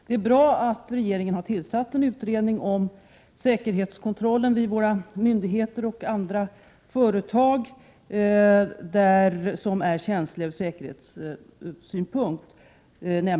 Det är bra att regeringen har tillsatt en utredning om säkerhetskontrollen, den s.k. personalkontrollen, vid våra myndigheter och andra företag som är känsliga ur säkerhetssynpunkt.